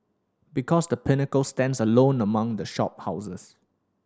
because The Pinnacle stands alone among the shop houses